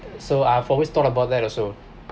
so I've always thought about that also